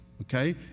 okay